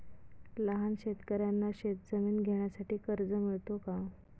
लहान शेतकऱ्यांना शेतजमीन घेण्यासाठी कर्ज मिळतो का?